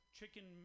Chicken